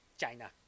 China